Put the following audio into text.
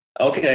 Okay